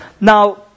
Now